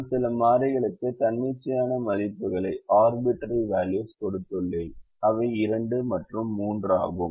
நான் சில மாறிகளுக்கு தன்னிச்சையான மதிப்புகளை கொடுத்துள்ளேன் அவை 2 மற்றும் 3 ஆகும்